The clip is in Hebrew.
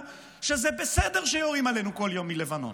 שזה בסדר שיורים עלינו כל יום מלבנון.